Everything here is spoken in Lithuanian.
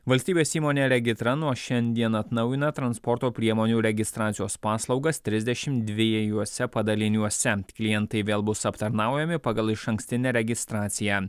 valstybės įmonė regitra nuo šiandien atnaujina transporto priemonių registracijos paslaugas trisdešim dviejuose padaliniuose klientai vėl bus aptarnaujami pagal išankstinę registraciją